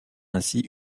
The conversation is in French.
ainsi